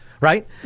Right